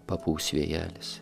papūs vėjelis